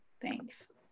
Thanks